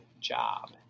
job